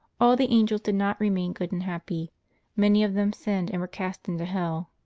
all the angels did not remain good and happy many of them sinned and were cast into hell,